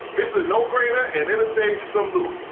it's a no brainer and it'll save you some loot!